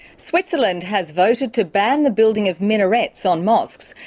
switzerland has voted to ban the building of minarets or mosques.